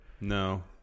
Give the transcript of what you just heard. No